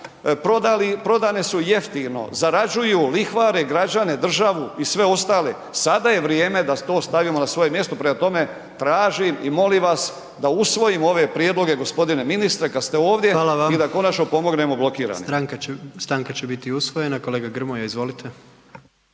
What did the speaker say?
prodane su jeftino, zarađuju, lihvare građane, državu i sve ostale. Sada je vrijeme da to stavimo na svoje mjesto. Prema tome, tražim i molim vas da usvojimo ove prijedloge gospodine ministre kad ste ovdje i da konačno …/Upadica: